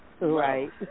Right